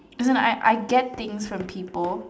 as in I I get things from people